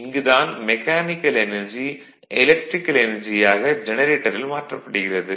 இங்கு தான் mechanical energy electrical energy ஆக ஜெனரேட்டரில் மாற்றப்படுகிறது